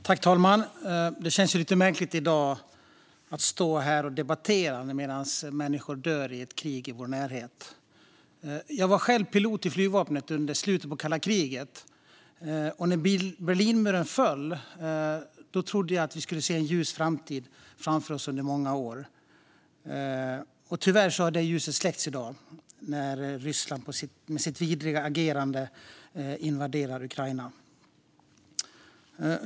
Fru talman! Det känns ju lite märkligt att stå här och debattera i dag medan människor dör i ett krig i vår närhet. Jag var själv pilot i flygvapnet under slutet av kalla kriget, När Berlinmuren föll trodde jag att vi skulle se en ljus framtid under många år. Tyvärr har det ljuset släckts i dag, när Ryssland med sitt vidriga agerande invaderar Ukraina.